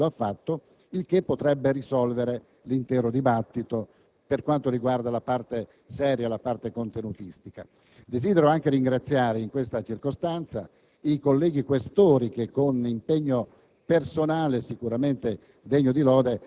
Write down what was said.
il controcanto, diciamo così, che ha fatto, il che potrebbe risolvere l'intero dibattito per quanto riguarda la sua parte contenutistica. Desidero anche ringraziare in questa circostanza i colleghi Questori, che con impegno